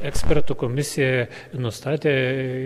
ekspertų komisija nustatė